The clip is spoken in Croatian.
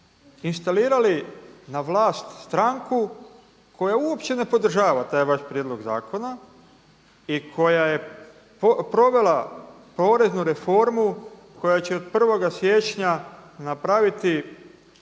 instalirali na vlast stranku koja uopće ne podržava taj vaš prijedlog zakona i koja je provela poreznu reformu koja će od 1. siječnja napraviti